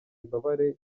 imbabare